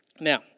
Now